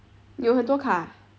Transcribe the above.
你有很多卡 ah